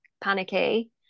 panicky